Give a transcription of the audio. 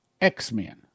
X-Men